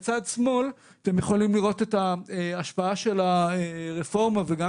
בצד שמאל אתם יכולים לראות את ההשפעה של הרפורמה וגם